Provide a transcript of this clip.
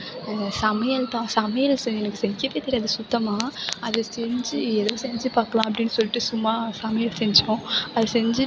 என்னோடய சமையல் தான் சமையல் செய்ய எனக்கு செய்ய தெரியாது சுத்தமாக அது செஞ்சு ஏதோ செஞ்சு பார்க்கலாம் அப்படின்னு சொல்லிட்டு சும்மா சமையல் செஞ்சோம் அதை செஞ்சு